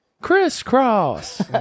Crisscross